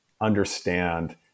understand